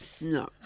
no